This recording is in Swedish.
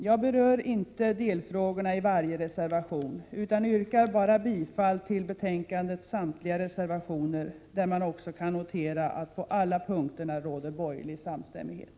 Jag berör inte delfrågorna i varje reservation utan yrkar bara bifall till betänkandets samtliga reservationer, där man också kan notera att det på alla punkter råder borgerlig samstämmighet.